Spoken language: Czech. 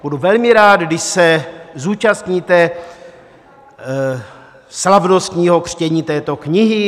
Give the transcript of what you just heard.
Budu velmi rád, když se zúčastníte slavnostního křtění této knihy.